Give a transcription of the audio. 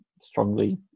strongly